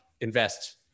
invest